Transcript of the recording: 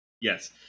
yes